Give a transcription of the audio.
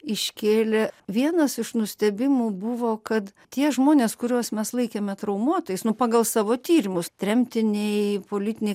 iškėlė vienas iš nustebimų buvo kad tie žmonės kuriuos mes laikėme traumuotais nu pagal savo tyrimus tremtiniai politiniai